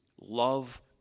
love